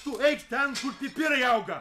tu eik ten kur pipirai auga